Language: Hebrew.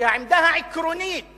שהעמדה העקרונית